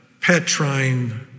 Petrine